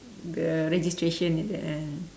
the registration like that kan